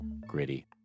Gritty